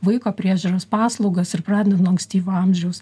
vaiko priežiūros paslaugas ir pradedant nuo ankstyvo amžiaus